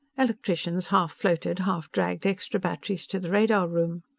electricians half-floated, half-dragged extra batteries to the radar room.